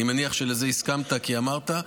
אני מניח שלזה הסכמת, כי אמרת.